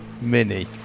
mini